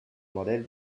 model